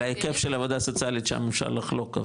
ההיקף של העבודה הסוציאלית שם אפשר לחלוק,